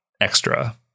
extra